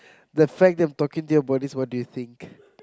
the fact they've talking to your bodies what do you think